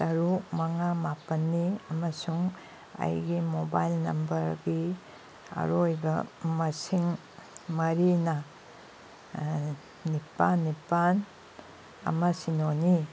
ꯇꯔꯨꯛ ꯃꯉꯥ ꯄꯥꯄꯜꯅꯤ ꯑꯃꯁꯨꯡ ꯑꯩꯒꯤ ꯃꯣꯕꯥꯏꯜ ꯅꯝꯕꯔꯒꯤ ꯑꯔꯣꯏꯕ ꯃꯁꯤꯡ ꯃꯔꯤꯅ ꯑꯥ ꯅꯤꯄꯥꯜ ꯅꯤꯄꯥꯜ ꯑꯃ ꯁꯤꯅꯣꯅꯤ